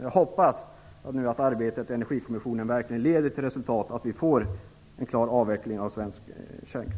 Jag hoppas att arbetet i Energikommissionen verkligen leder till att vi får en avveckling av svensk kärnkraft.